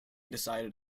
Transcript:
decided